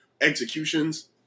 executions